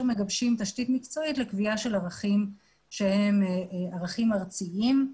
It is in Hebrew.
מגבשים תשתית מקצועית לקביעה של ערכים שהם ערכים ארציים,